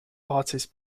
artists